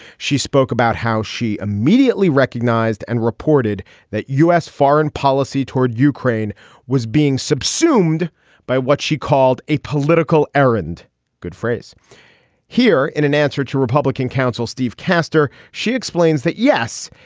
she spoke about how she immediately recognized and reported that u s. foreign policy toward ukraine was being subsumed by what she called a political airand good phrase here. in an answer to republican counsel steve castor, she explains that, yes,